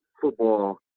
football